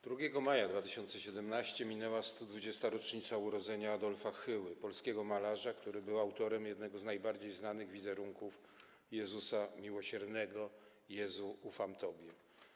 2 maja 2017 r. minęła 120. rocznica urodzenia Adolfa Hyły, polskiego malarza, który był autorem jednego z najbardziej znanych wizerunków Jezusa Miłosiernego „Jezu, ufam Tobie”